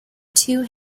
two